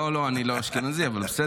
לא, לא, אני לא אשכנזי, אבל בסדר.